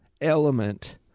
element